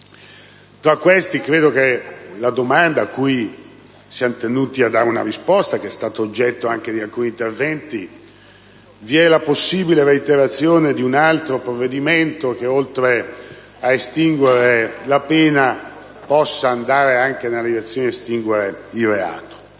Tra questi credo vi sia anche la domanda cui siamo tenuti a dare una risposta, e che è stata oggetto anche di alcuni interventi: vi è la possibile reiterazione di un altro provvedimento che, oltre a estinguere la pena, possa andare anche nella direzione di estinguere il reato?